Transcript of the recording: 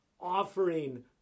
offering